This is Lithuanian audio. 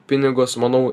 pinigus manau